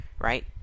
Right